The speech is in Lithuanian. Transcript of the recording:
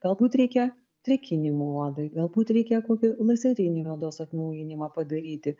galbūt reikia drėkinimo odai galbūt reikia kokį lazerinį odos atnaujinimą padaryti